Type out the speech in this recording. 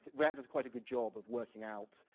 react does quite a good job of working out,